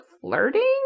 flirting